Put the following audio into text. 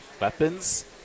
weapons